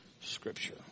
Scripture